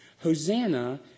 Hosanna